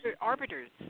arbiters